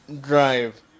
drive